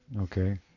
okay